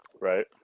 Right